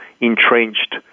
entrenched